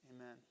amen